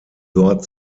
dort